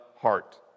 heart